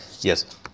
Yes